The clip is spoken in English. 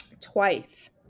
twice